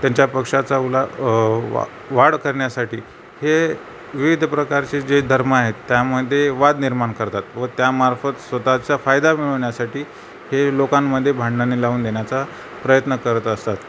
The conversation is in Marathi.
त्यांच्या पक्षाचा उला वा वाढ करण्यासाठी हे विविध प्रकारचे जे धर्म आहेत त्यामध्येे वाद निर्माण करतात व त्यामार्फत स्वतःचा फायदा मिळवण्यासाठी हे लोकांमध्ये भांडणे लावून देण्याचा प्रयत्न करत असतात